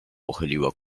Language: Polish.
pochyliła